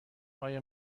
آیا